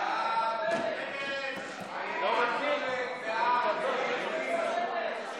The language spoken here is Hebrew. ההצעה להעביר את